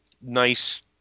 nice